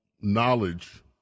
knowledge